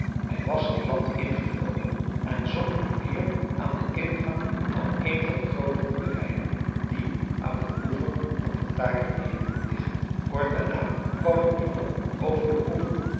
hij was het land ingevlogen en zonk nu neer aan den ingang van een van de groote boerderijen die aan den oever van het takermeer liggen kort daarna kwam een jongen over de hoeve